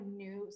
new